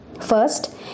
First